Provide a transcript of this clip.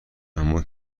اما